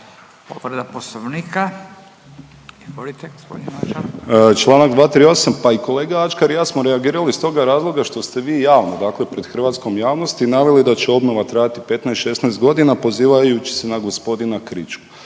Nikola (HDZ)** Čl. 238. pa i kolega Ačkar i ja smo reagirali iz toga razloga što ste vi javno, dakle pred hrvatskom javnosti naveli da će obnova trajati 15, 16 godina, pozivajući se na gospodina Kričku.